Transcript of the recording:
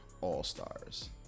all-stars